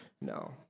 No